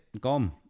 gone